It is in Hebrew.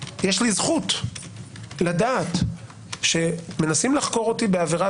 יש לי זכות לדעת שמנסים לחקור אותי בעבירה,